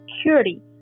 security